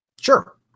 Sure